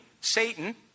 Satan